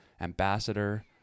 ambassador